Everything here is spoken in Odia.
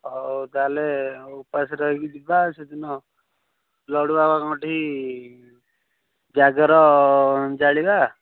ହଉ ତା'ହେଲେ ଉପାସ ରହିକି ଯିବା ସେଦିନ ଲଡ଼ୁବାବାଙ୍କଠି ଜାଗର ଜାଳିବା